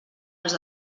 els